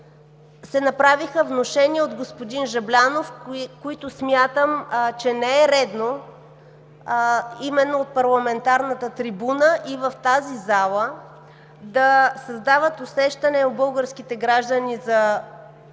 се направиха внушения от господин Жаблянов, които смятам, че не е редно именно от парламентарната трибуна и в тази зала да създават усещане у българските граждани за